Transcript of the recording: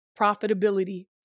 profitability